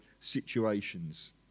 situations